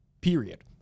Period